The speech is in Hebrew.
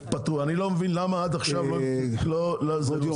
אני לא מבין למה עד עכשיו הנושא לא טופל,